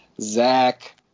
Zach